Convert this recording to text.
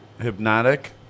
hypnotic